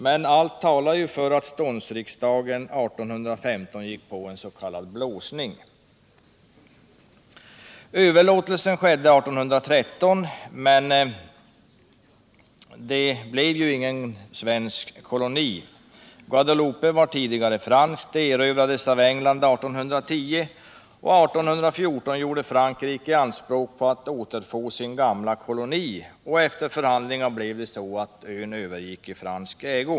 Men allt talar för att ståndsriksdagen 1815 gick på en s.k. blåsning. Överlåtelsen skedde 1813, men ön blev ingen gammal svensk koloni. Guadeloupe var tidigare franskt. Ön erövrades av England 1810. År 1814 gjorde Frankrike anspråk på att återfå sin gamla koloni. Efter förhandlingar blev det så att ön återgick i fransk ägo.